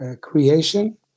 creation